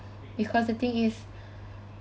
because the thing is